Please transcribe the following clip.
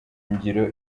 ngiro